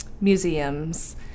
museums